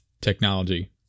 technology